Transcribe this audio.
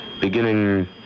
Beginning